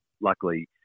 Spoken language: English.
luckily